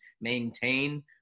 maintain